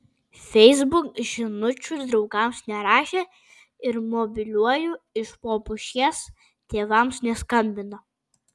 facebook žinučių draugams nerašė ir mobiliuoju iš po pušies tėvams neskambino